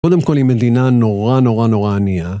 קודם כל היא מדינה נורא נורא נורא ענייה.